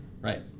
Right